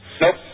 Nope